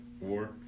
war